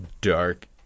dark